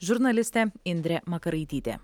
žurnalistė indrė makaraitytė